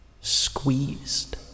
Squeezed